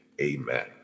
amen